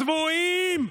צבועים,